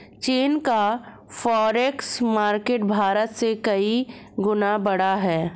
चीन का forex market Bharat से कई गुना बड़ा है